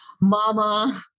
mama